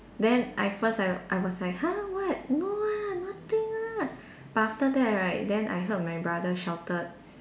then at first like I was like !huh! what no ah nothing ah but after that right then I heard my brother shouted